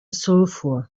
sulfur